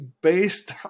based